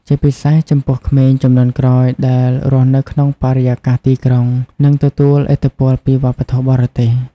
ជាពិសេស ចំពោះក្មេងជំនាន់ក្រោយដែលរស់នៅក្នុងបរិយាកាសទីក្រុង និងទទួលឥទ្ធិពលពីវប្បធម៌បរទេស។